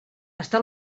està